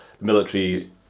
military